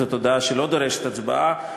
זאת הודעה שלא דורשת הצבעה,